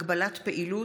הגבלת פעילות)